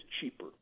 cheaper